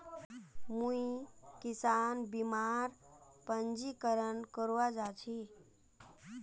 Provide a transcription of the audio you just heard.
मुई किसान बीमार पंजीकरण करवा जा छि